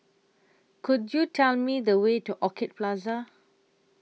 Could YOU Tell Me The Way to Orchid Plaza